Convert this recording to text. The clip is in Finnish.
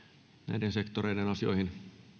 näiden sektoreiden asioihin